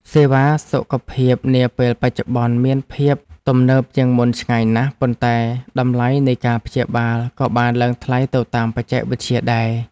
សេវាសុខភាពនាពេលបច្ចុប្បន្នមានភាពទំនើបជាងមុនឆ្ងាយណាស់ ប៉ុន្តែតម្លៃនៃការព្យាបាលក៏បានឡើងថ្លៃទៅតាមបច្ចេកវិទ្យាដែរ។